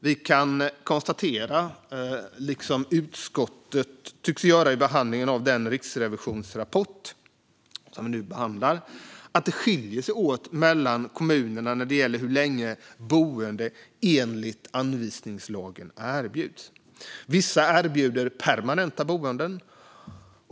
Vi kan konstatera, liksom utskottet tycks ha gjort i behandlingen av den riksrevisionsrapport som vi nu behandlar, att det skiljer sig åt mellan kommunerna när det gäller hur länge boende enligt anvisningslagen erbjuds. Vissa erbjuder permanenta boenden.